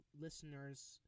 listeners